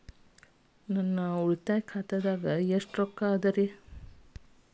ನನ್ನ ಉಳಿತಾಯ ಖಾತಾದಾಗ ಎಷ್ಟ ರೊಕ್ಕ ಅದ ರೇ?